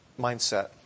mindset